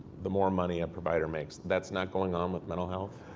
the more money a provider makes, that's not going on with mental health?